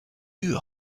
eût